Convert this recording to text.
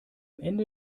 ende